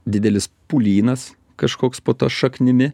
didelis pūlynas kažkoks po ta šaknimi